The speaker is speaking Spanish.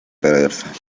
persa